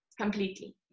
completely